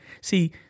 see